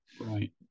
Right